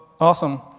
awesome